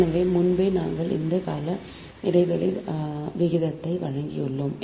எனவே முன்பே நாங்கள் அந்த கால இடைவெளி விகிதத்தை வழங்கியுள்ளோம்